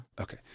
Okay